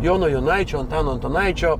jono jonaičio antano antanaičio